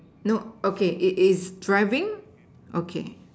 no okay it is driving okay